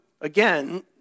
again